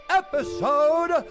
episode